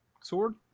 sword